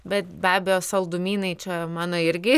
bet be abejo saldumynai čia mano irgi